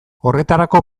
horretarako